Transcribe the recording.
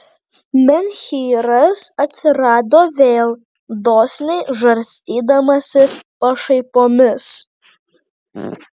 menhyras atsirado vėl dosniai žarstydamasis pašaipomis